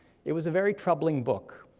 it was a very troubling book,